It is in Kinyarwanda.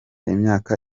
imyaka